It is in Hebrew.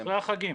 אחרי החגים.